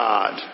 God